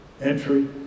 entry